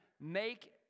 make